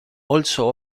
also